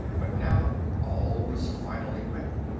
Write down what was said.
but now all was finally ready.